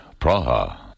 Praha